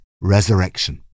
resurrection